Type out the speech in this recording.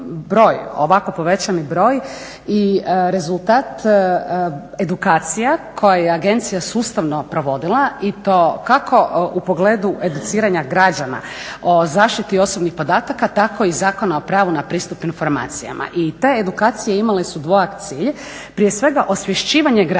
ovako povećani broj i rezultat edukacija koje je agencija sustavno provodila i to kako u pogledu educiranja građana o zaštiti osobnih podataka tako i Zakona o pravu na pristup informacijama i te edukacije imale su dvojak cilj, prije svega osvješćivanje građana,